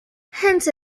hence